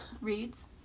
reads